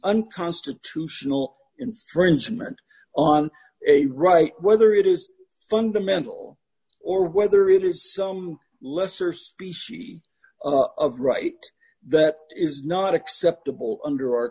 unconstitutional in three instrument on a right whether it is fundamental or whether it is some lesser species of right that is not acceptable under our